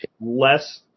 Less